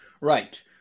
Right